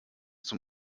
zum